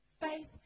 Faith